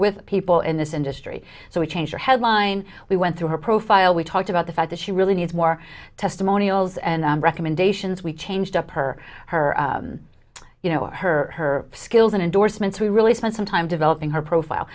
with people in this industry so we change our headline we went through her profile we talked about the fact that she really needs more testimonials and recommendations we changed up her her you know her her skills and endorsements we really spent some time developing her profile